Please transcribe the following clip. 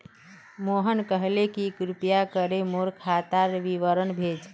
मनोहर कहले कि कृपया करे मोर खातार विवरण भेज